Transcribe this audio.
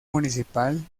municipal